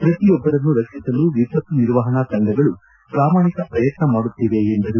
ಪ್ರತಿಯೊಬ್ಬರನ್ನು ರಕ್ಷಿಸಲು ವಿಪತ್ತು ನಿರ್ಮಹಣೆ ತಂಡಗಳು ಪ್ರಾಮಾಣಿಕ ಪ್ರಯತ್ನ ಮಾಡುತ್ತಿವೆ ಎಂದರು